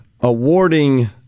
awarding